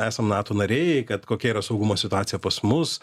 esam nato nariai kad kokia yra saugumo situacija pas mus